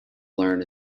learn